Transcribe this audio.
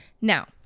Now